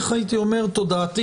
הייתי אומר.